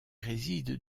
réside